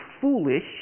foolish